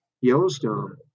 Yellowstone